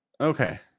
Okay